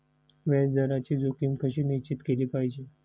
व्याज दराची जोखीम कशी निश्चित केली पाहिजे